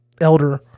elder